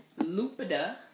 Lupita